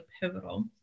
pivotal